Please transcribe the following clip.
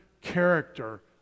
character